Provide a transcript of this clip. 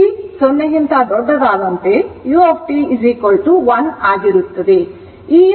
t 0 ಗಿಂತ ದೊಡ್ಡದಾದಂತೆ u 1 ಆಗಿರುತ್ತದೆ